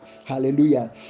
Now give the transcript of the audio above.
Hallelujah